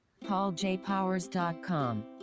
pauljpowers.com